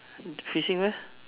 facing where